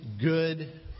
good